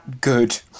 Good